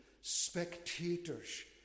spectators